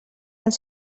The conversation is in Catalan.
els